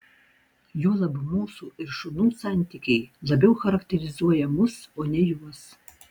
juolab mūsų ir šunų santykiai labiau charakterizuoja mus o ne juos